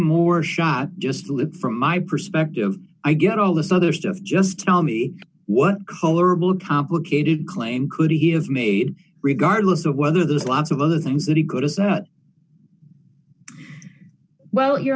more shot just look from my perspective i get all this other stuff just tell me what colorable complicated claim could he have made regardless of whether there's lots of other things that he could as well you